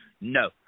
No